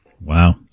Wow